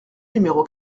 numéro